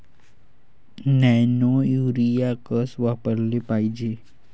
Nano urea कस वापराले पायजे?